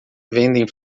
vendem